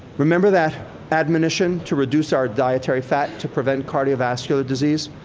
remember that admonition to reduce our dietary fat to prevent cardiovascular disease?